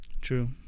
True